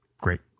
great